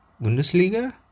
Bundesliga